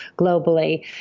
globally